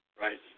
Right